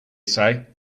say